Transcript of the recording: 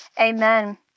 amen